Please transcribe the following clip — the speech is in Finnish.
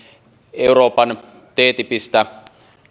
euroopan ttipistä